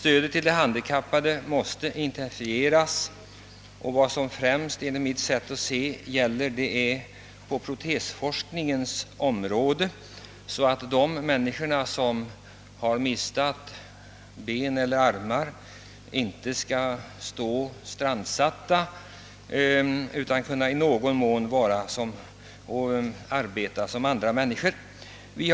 Stödet till de handikappade måste intensifieras, och vad det främst enligt min mening gäller är forskningen på protesområdet, så att de människor som mist ben eller armar inte skall vara strandsatta utan i någon mån kunna arbeta och föra ett normalt liv.